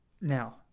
now